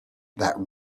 that